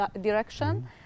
direction